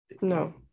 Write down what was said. no